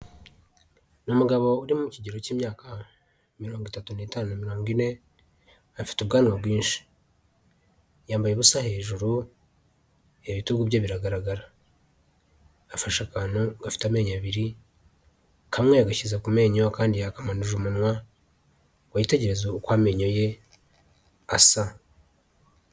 Ni umugabo uri mu kigero cy'imyaka mirongo itatu n'itanu mirongo ine afite ubwanwa bwinshi, yambaye ubusa hejuru, ibitugu bye biragaragara afasha akantu gafite amenyo abiri kamwe yagashyira ku menyo kandi yakamanuje umunwa yitegerereza uko amenyo ye asa.